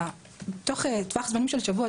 אלא תוך טווח זמנים של שבוע.